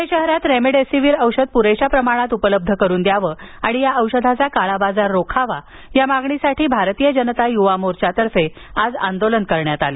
पुणे शहरात रेमेडीसीवीर औषध पुरेशा प्रमाणात उपलब्ध करून द्यावं आणि या औषधाचा काळाबाजार रोखावा या मागणीसाठी भारतीय जनता युवा मोर्चातर्फे आज आंदोलन करण्यात आलं